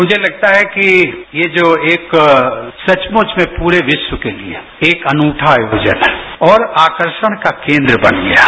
मुझे लगता है कि ये जो एक जो संचमुच में पूरे विश्व के लिए एक अनूठा आयोजन है और आकर्षण का केन्द्र बन गया है